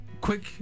Quick